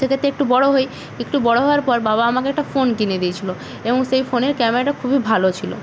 সেক্ষেত্রে একটু বড়ো হই একটু বড়ো হওয়ার পর বাবা আমাকে একটা ফোন কিনে দিয়েছিলো এবং সেই ফোনের ক্যামেরাটা খুবই ভালো ছিলো